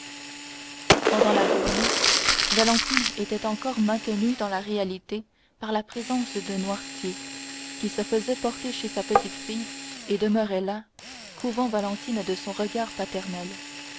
pendant la journée valentine était encore maintenue dans la réalité par la présence de noirtier qui se faisait porter chez sa petite-fille et demeurait là couvant valentine de son regard paternel